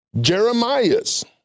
Jeremiah's